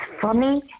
funny